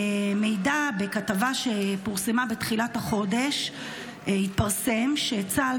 בכתבה שפורסמה בתחילת החודש התפרסם שצה"ל